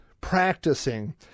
practicing